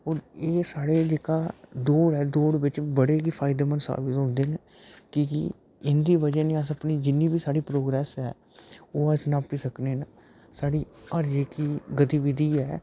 होर एह् साढ़े जेह्का दौड़ ऐ दौड़ बिच बड़े गै फायदेमंद साबत होंदे न की जे इं'दी बजह् नै अस अपनी जि'न्नी बी साढ़ी प्रोग्रेस ऐ ओह् अस नापी सकने न साढ़ी हर जेह्की गतिविधि ऐ